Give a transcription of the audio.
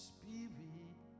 Spirit